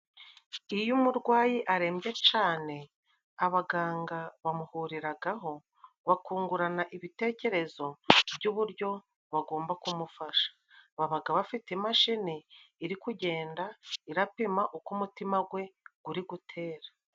Iyo umurwayi arembye cane abaganga bamuhuriragaho, bakungurana ibitekerezo by'uburyo bagomba ku mufasha, babaga bafite imashine iri kugenda irapima uko umutima gwe guri gutera.